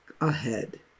ahead